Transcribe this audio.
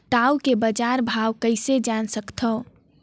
टाऊ के बजार भाव कइसे जान सकथव?